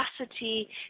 capacity